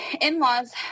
in-laws